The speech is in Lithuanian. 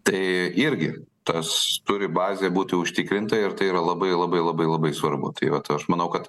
tai irgi tas turi bazė būti užtikrinta ir tai yra labai labai labai labai svarbu tai vat aš manau kad